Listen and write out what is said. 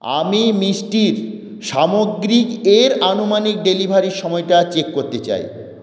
আমি মিষ্টির সামগ্রী এর আনুমানিক ডেলিভারির সময়টা চেক করতে চাই